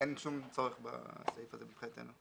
אין שום צורך בסעיף הזה מבחינתנו.